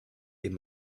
dem